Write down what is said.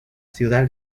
ciudad